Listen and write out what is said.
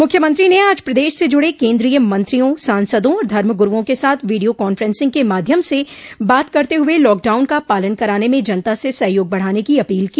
मुख्यमंत्री ने आज प्रदेश से जुड़े केन्द्रीय मंत्रियों सांसदों और धर्मगुरूओं के साथ वीडियो कांफ्रेंसिंग के माध्यम से बात करते हुए लॉकडाउन का पालन कराने में जनता का सहयोग बढ़ाने की अपील की